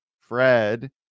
fred